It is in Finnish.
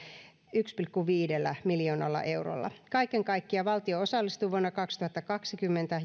yhdellä pilkku viidellä miljoonalla eurolla kaiken kaikkiaan valtio osallistuu vuonna kaksituhattakaksikymmentä